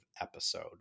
episode